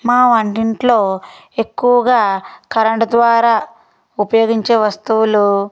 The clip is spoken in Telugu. మా వంటింట్లో ఎక్కువగా కరెంట్ ద్వారా ఉపయోగించే వస్తువులు